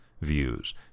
views